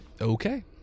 Okay